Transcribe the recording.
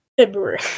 February